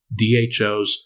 DHOs